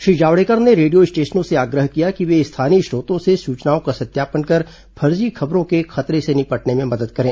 श्री जावड़ेकर ने रेडियो स्टेशनों से आग्रह किया कि वे स्थानीय स्रोतों से सूचनाओं का सत्यापन कर फर्जी खबर के खतरे से निपटने में मदद करें